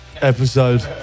episode